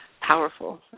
powerful